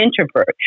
introvert